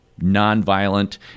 nonviolent